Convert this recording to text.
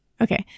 Okay